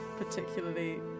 particularly